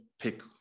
pick